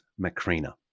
macrina